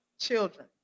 children